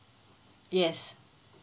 yes